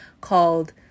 called